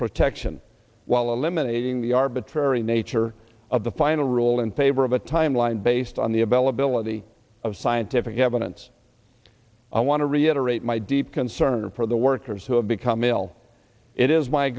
protection while eliminating the arbitrary nature of the final rule in favor of a timeline based on the a bell ability of scientific evidence i want to reiterate my deep concern for the workers who have become ill it is my